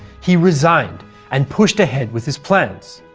he resigned and pushed ahead with his plans.